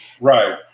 Right